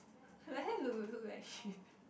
like that look you look like shit